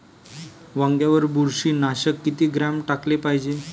वांग्यावर बुरशी नाशक किती ग्राम टाकाले पायजे?